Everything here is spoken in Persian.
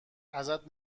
ازت